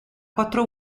quattro